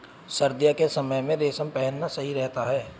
सर्दियों के समय में रेशम पहनना सही रहता है